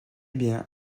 bien